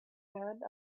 found